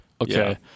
Okay